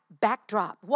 Backdrop